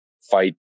fight